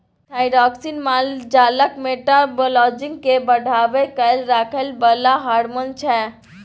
thyroxine माल जालक metabolism केँ बढ़ा कए राखय बला हार्मोन छै